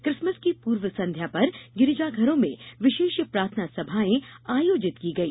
Christmas की पूर्व संध्या पर गिरिजाघरों में विशेष प्रार्थना सभाएं आयोजित की गई